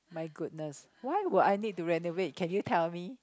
my goodness why would I need to renovate can you tell me